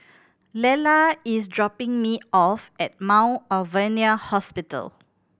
Lella is dropping me off at Mount Alvernia Hospital